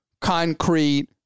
concrete